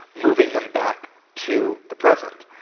moving them back to the present.